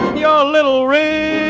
your little ray.